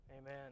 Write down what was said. Amen